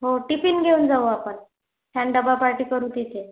हो टिफिन घेऊन जाऊ आपण छान डबा पार्टी करू तिथे